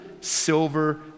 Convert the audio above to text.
silver